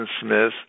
Smith